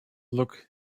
look